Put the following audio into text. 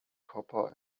copper